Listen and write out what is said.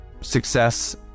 success